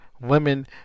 women